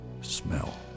smell